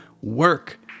work